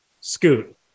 Scoot